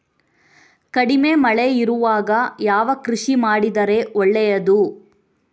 ಕಡಿಮೆ ಮಳೆ ಇರುವಾಗ ಯಾವ ಕೃಷಿ ಮಾಡಿದರೆ ಒಳ್ಳೆಯದು?